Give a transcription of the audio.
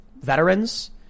veterans